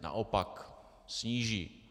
Naopak, sníží.